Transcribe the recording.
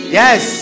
yes